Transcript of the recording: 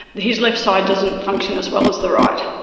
his left side doesn't function as well as the right,